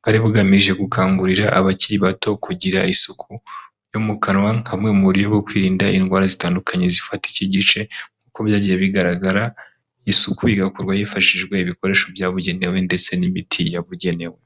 bwari bugamije gukangurira abakiri bato kugira isuku yo mu kanwa bumwe mu buryo bwo kwirinda indwara zitandukanye zifata iki gice nk'uko byagiye bigaragara isuku igakorwa hifashijwe ibikoresho byabugenewe ndetse n'imiti yabugenewe.